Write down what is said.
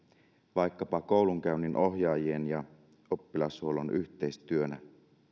vaikkapa koulunkäynninohjaajien ja oppilashuollon yhteistyönä